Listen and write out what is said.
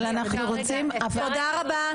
תודה רבה.